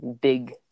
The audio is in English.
big